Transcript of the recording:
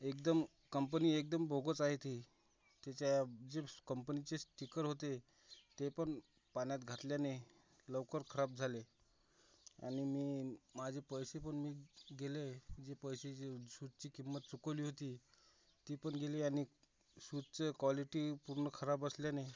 एकदम कंपनी एकदम बोगस आहे ती त्याच्या जिब्स कंपनीचे स्टीकर होते ते पण पाण्यात घातल्याने लवकर खराब झाले आणि मी माझे पैसे पण मी दिले जे पैसे जे शूजची किंमत चुकवली होती ती पण गेली आणि शूजचे कॉलिटी पूर्ण खराब असल्याने